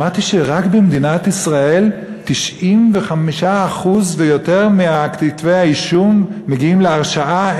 שמעתי שרק במדינת ישראל 95% ויותר מכתבי האישום מגיעים להרשעה.